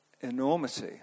enormity